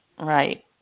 right